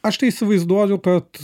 aš tai įsivaizduoju kad